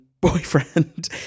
boyfriend